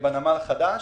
בנמל החדש.